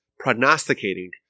prognosticating